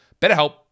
BetterHelp